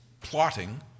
plotting